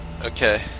Okay